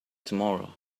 tomorrow